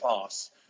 pass